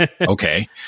okay